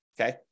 Okay